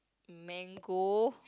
mango